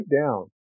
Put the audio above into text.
down